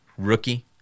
Rookie